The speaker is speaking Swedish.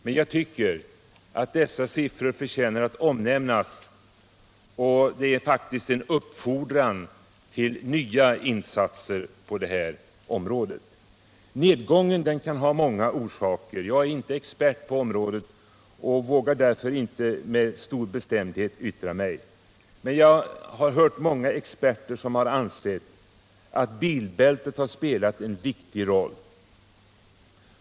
Men jag tycker att dessa siffror förtjänar att omnämnas, och de är faktiskt en uppfordran till nya insatser på detta område. Nedgången kan ha många orsaker. Jag är inte expert på området och vågar därför inte med stor bestämdhet yttra mig. Men jag har hört många experter, som har ansett att bilbältet spelat en viktig roll.